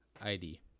ID